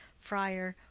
friar.